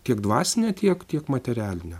tiek dvasinę tiek tiek materialinę